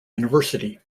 university